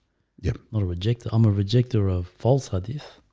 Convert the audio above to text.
yeah, not a rejecter i'm a rejecter of false hadith.